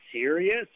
serious